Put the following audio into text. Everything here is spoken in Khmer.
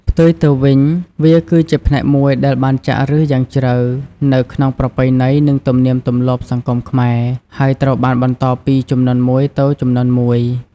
ផ្ទុយទៅវិញ វាគឺជាផ្នែកមួយដែលបានចាក់ឫសយ៉ាងជ្រៅនៅក្នុងប្រពៃណី និងទំនៀមទម្លាប់សង្គមខ្មែរ ហើយត្រូវបានបន្តពីជំនាន់មួយទៅជំនាន់មួយ។